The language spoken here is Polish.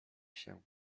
się